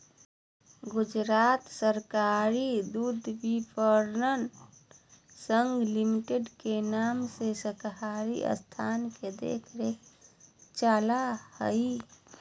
गुजरात सहकारी दुग्धविपणन संघ लिमिटेड नाम के सहकारी संस्था के देख रेख में चला हइ